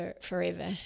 forever